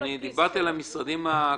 אני דיברתי על המשרדים הכבדים.